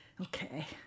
Okay